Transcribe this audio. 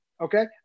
Okay